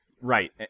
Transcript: right